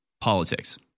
politics